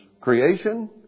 creation